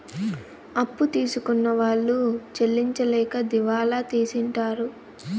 అప్పు తీసుకున్న వాళ్ళు చెల్లించలేక దివాళా తీసింటారు